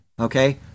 okay